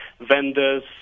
vendors